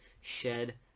shed